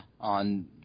on